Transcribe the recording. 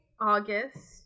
August